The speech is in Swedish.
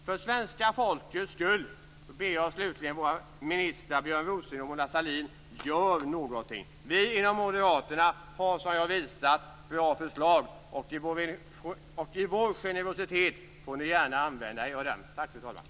För svenska folkets skull ber jag slutligen våra ministrar Björn Rosengren och Mona Sahlin: Gör någonting! Vi inom Moderaterna har, som jag har visat, bra förslag. Och i och med vår generositet får ni gärna använda er av dem. Tack, fru talman!